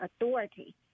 authority